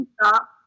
stop